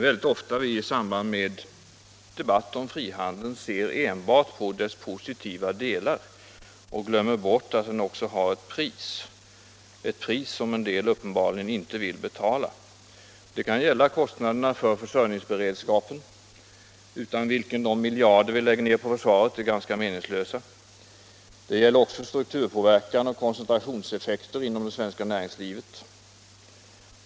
Vi är ofta i debatter om frihandeln benägna att enbart se på dennas positiva sidor och glömma bort att den också har ett pris, och det är uppenbart att en del inte är villiga att betala detta pris. Det kan gälla kostnaderna för försörjningsberedskapen, utan vilken de miljarder vi lägger ned på försvaret är ganska meningslösa. Det kan också gälla strukturpåverkan och koncentrationseffekter på det svenska näringslivet.